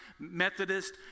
Methodist